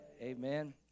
Amen